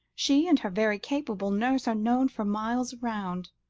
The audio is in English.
she and her very capable nurse are known for miles round.